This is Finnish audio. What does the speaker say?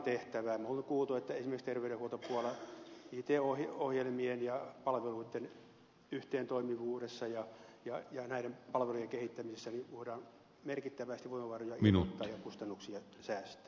me olemme kuulleet että esimerkiksi terveydenhoitopuolella it ohjelmien ja palveluitten yhteentoimivuutta parantamalla ja näitä palveluja kehittämällä voidaan merkittävästi voimavaroja irrottaa ja kustannuksia säästää